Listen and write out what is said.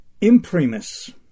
Imprimis